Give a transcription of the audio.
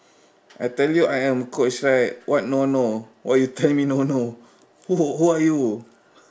I tell you I am coach right what no no why you tell me no no wh~ who are you